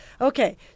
Okay